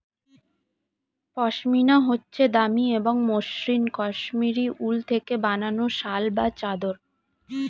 পশমিনা হচ্ছে দামি এবং মসৃন কাশ্মীরি উল থেকে বানানো শাল বা চাদর